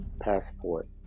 passport